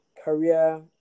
career